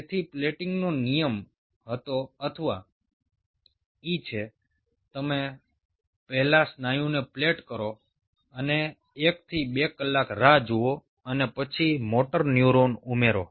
તેથી પ્લેટિંગનો નિયમ હતો અથવા E છે તમે પહેલા સ્નાયુને પ્લેટ કરો અને 1 થી 2 કલાક રાહ જુઓ અને પછી મોટર ન્યુરોન ઉમેરો